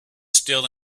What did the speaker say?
still